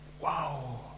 wow